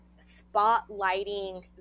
spotlighting